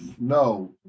No